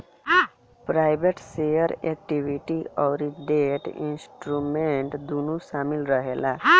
preferred share equity अउरी debt instrument दूनो शामिल रहेला